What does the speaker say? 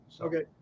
Okay